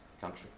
country